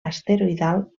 asteroidal